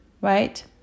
Right